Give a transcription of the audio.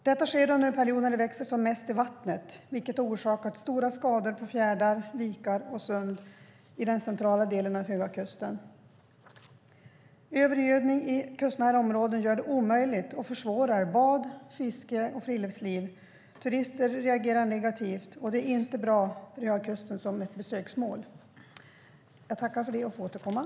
Det här sker under den period då det växer som mest i vattnet, vilket har orsakat stora skador på fjärdar, vikar och sund i den centrala delen av Höga kusten. Övergödning i kustnära områden försvårar och gör det omöjligt för bad, fiske och friluftsliv. Turister reagerar negativt, och det är inte bra om man ska göra Höga kusten till ett besöksmål.